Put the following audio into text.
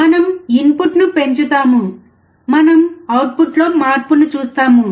మనము ఇన్పుట్ను పెంచుతాము మనము అవుట్పుట్లో మార్పును చూస్తాము